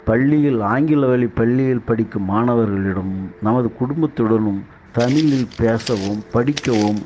பள்ளியில் ஆங்கில வழி பள்ளியில் படிக்கும் மாணவர்களிடம் நமது குடும்பத்துடனும் தமிழில் பேசவும் படிக்கவும்